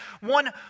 One